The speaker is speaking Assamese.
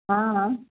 অঁ